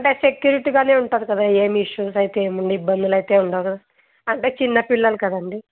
అంటే సెక్యూరిటీగానే ఉంటుంది కదా ఏం ఇష్యూస్ అయితే ఏం ఇబ్బందులు అయితే ఉండదు అంటే చిన్నపిల్లలు కదండీ